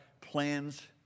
plans